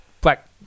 black